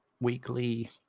weekly